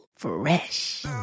Fresh